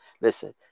listen